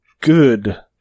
Good